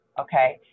okay